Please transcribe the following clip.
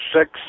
six